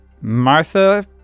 Martha